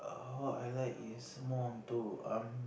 what I like is more onto um